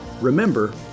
Remember